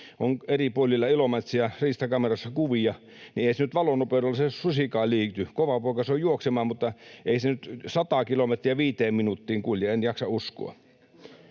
on eri puolilla Ilomantsia riistakameroissa kuvia, niin ei se nyt valon nopeudella se susikaan liiku. Kova poika se on juoksemaan, mutta ei se nyt sataa kilometriä viiteen minuuttiin kulje, en jaksa uskoa.